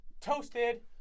toasted